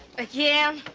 again?